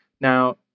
Now